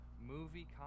movie